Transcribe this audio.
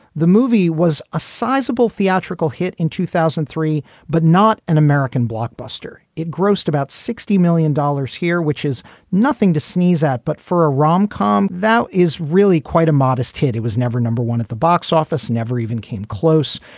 the movie was a sizable theatrical hit in two thousand and three, but not an american blockbuster. it grossed about sixty million dollars here, which is nothing to sneeze at. but for a romcom, that is really quite a modest hit. it was never no one at the box office never even came close.